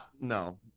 no